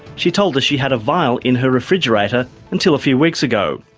she told us she had a vial in her refrigerator until a few weeks ago.